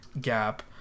gap